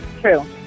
True